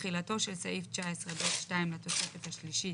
תחילתו של סעיף 19 (ב') 2 לתוספת השלישית